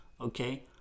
okay